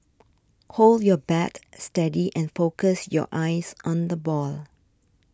hold your bat steady and focus your eyes on the ball